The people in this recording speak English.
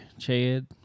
Chad